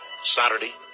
Saturday